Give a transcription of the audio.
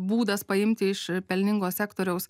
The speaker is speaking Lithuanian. būdas paimti iš pelningo sektoriaus